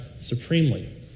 supremely